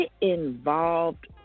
involved